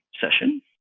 session